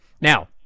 Now